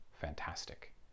fantastic